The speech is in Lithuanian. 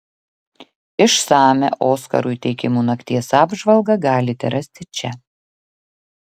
išsamią oskarų įteikimų nakties apžvalgą galite rasti čia